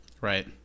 Right